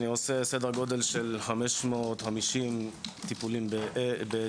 אני עושה סדר גודל של 550 טיפולים בחודש.